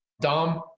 Dom